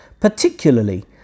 particularly